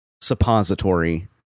suppository